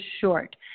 short